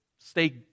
Stay